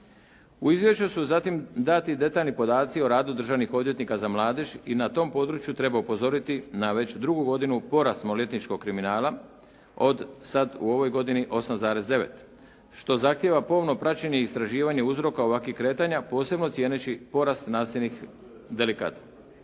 U izvješću su zatim dati detaljni podaci o radu državnih odvjetnika za mladež i na tom području treba upozoriti na već drugu godinu porast maloljetničkog kriminala od sad u ovoj godini 8,9 što zahtijeva pomno praćenje istraživanja uzroka ovakvih kretanja posebno cijeneći porast nasilnih delikata.